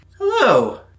Hello